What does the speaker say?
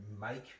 make